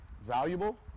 valuable